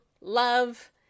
love